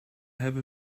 have